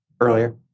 earlier